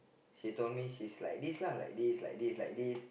she told me she's like this lah like this like this